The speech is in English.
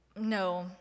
No